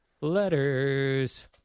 Letters